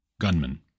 gunman